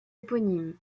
éponyme